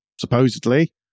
supposedly